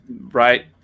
right